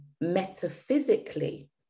metaphysically